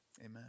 Amen